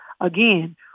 again